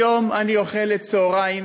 היום אני אוכלת צהריים